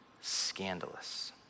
scandalous